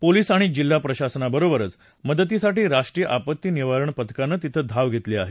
police आणि जिल्हा प्रशासनाबरोबरच मदतीसाठी राष्ट्रीय आपत्ती निवारण पथकानं तिथं धाव घेतली आहे